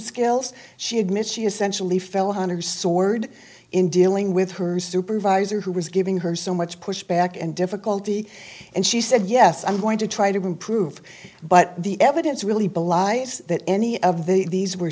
skills she admits she essentially fell on her sword in dealing with her supervisor who was giving her so much pushback and difficulty and she said yes i'm going to try to improve but the evidence really belies that any of these were